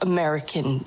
American